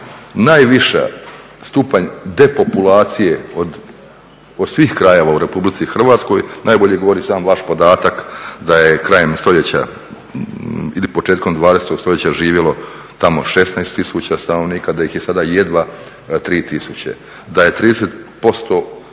najviši stupanj depopulacije od svih krajeva u Republici Hrvatskoj najbolje govori sam vaš podatak da je krajem stoljeća ili početkom 20 stoljeća živjelo tamo 16000 stanovnika, da ih je sada jedva 3000, da je 30%